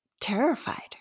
terrified